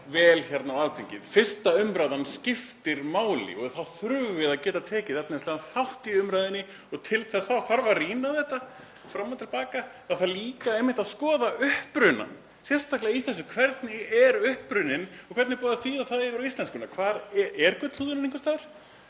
vel hérna á Alþingi. 1. umræðan skiptir máli og þá þurfum við að geta tekið efnislegan þátt í umræðunni og til þess þarf að rýna þetta fram og til baka. Það þarf líka einmitt að skoða upprunann, sérstaklega í þessu. Hvernig er uppruninn og hvernig er búið að þýða þetta yfir á íslensku? Er gullhúðun einhvers staðar?